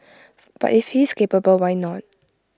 but if he is capable why not